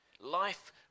Life